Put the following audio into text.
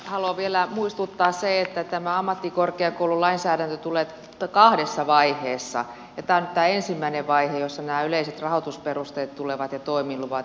haluan vielä muistuttaa siitä että tämä ammattikorkeakoululainsäädäntö tulee kahdessa vaiheessa ja tämä on nyt tämä ensimmäinen vaihe jossa nämä yleiset rahoitusperusteet ja toimiluvat tulevat